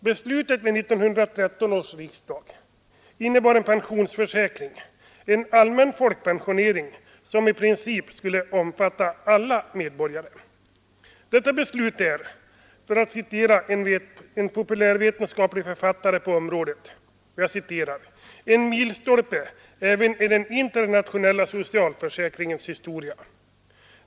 Beslutet vid 1913 års riksdag innebar en pensionsförsäkring, — en allmän folkpensionering — som i princip skulle omfatta alla medborgare. Detta beslut är — för att citera en populärvetenskaplig författare på området — ”en milstolpe även i den internationella socialförsäkringens historia.